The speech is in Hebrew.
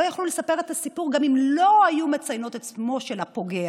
הן לא יכלו לספר את הסיפור גם אם לא היו מציינות את שמו של הפוגע,